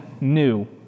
new